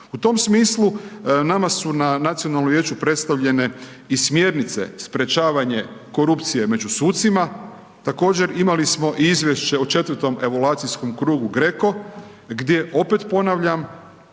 U tom smislu nama su na Nacionalnom vijeću predstavljene i smjernice sprječavanje korupcije među sucima, također imali smo i izvješće o četvrtom evaluacijskom krugu GRECO gdje opet ponavljam,